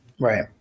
Right